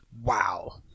wow